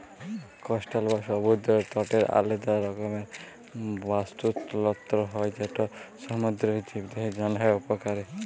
coastal বা সমুদ্দর তটের আলেদা রকমের বাস্তুতলত্র হ্যয় যেট সমুদ্দুরের জীবদের জ্যনহে উপকারী